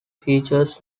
featured